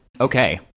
Okay